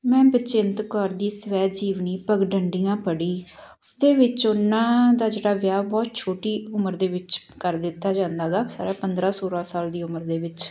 ਮੈਂ ਬਚਿੰਤ ਕੌਰ ਦੀ ਸਵੈ ਜੀਵਨੀ ਪਗਡੰਡੀਆਂ ਪੜ੍ਹੀ ਉਸਦੇ ਵਿੱਚ ਉਹਨਾਂ ਦਾ ਜਿਹੜਾ ਵਿਆਹ ਬਹੁਤ ਛੋਟੀ ਉਮਰ ਦੇ ਵਿੱਚ ਕਰ ਦਿੱਤਾ ਜਾਂਦਾ ਗਾ ਸਾਰਾ ਪੰਦਰਾਂ ਸੌਲਾਂ ਸਾਲ ਦੀ ਉਮਰ ਦੇ ਵਿੱਚ